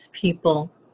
people